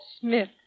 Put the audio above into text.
Smith